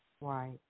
Right